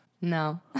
no